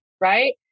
Right